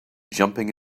jumping